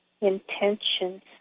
intentions